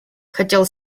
хотел